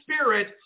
spirit